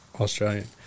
Australian